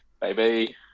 baby